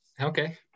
Okay